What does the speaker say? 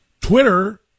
Twitter